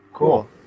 Cool